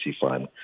fund